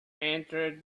answered